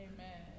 Amen